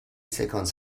سکانس